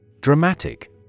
Dramatic